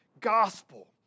gospel